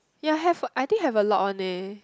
ya have I think have a Lot One leh